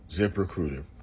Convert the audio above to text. ZipRecruiter